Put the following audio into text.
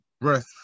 breath